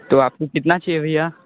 तो आपको कितना चाहिए भैया